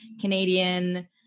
Canadian